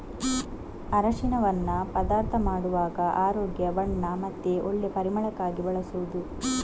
ಅರಸಿನವನ್ನ ಪದಾರ್ಥ ಮಾಡುವಾಗ ಆರೋಗ್ಯ, ಬಣ್ಣ ಮತ್ತೆ ಒಳ್ಳೆ ಪರಿಮಳಕ್ಕಾಗಿ ಬಳಸುದು